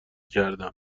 کردم